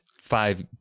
five